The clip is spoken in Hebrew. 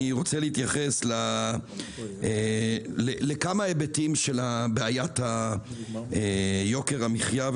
אני רוצה להתייחס לכמה היבטים של בעיית יוקר המחיה,